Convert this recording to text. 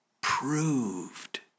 proved